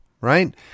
right